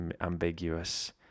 ambiguous